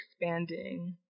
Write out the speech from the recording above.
expanding